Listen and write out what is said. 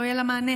לא יהיה לה מענה?